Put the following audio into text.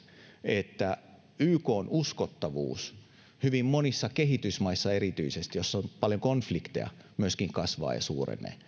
että ykn uskottavuus erityisesti hyvin monissa kehitysmaissa joissa on paljon konflikteja myöskin kasvaa ja suurenee